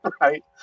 right